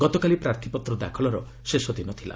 ଗତକାଲି ପ୍ରାର୍ଥୀପତ୍ର ଦାଖଲ ଶେଷ ଦିନ ଥିଲା